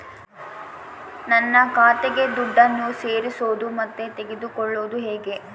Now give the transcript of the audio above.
ನನ್ನ ಖಾತೆಗೆ ದುಡ್ಡನ್ನು ಸೇರಿಸೋದು ಮತ್ತೆ ತಗೊಳ್ಳೋದು ಹೇಗೆ?